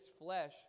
flesh